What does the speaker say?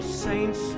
saints